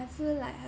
I feel like